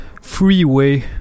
Freeway